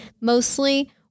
mostly